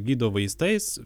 gydo vaistais